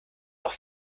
doch